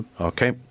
Okay